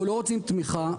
אנחנו לא רוצים תמיכה.